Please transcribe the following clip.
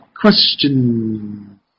question